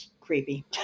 creepy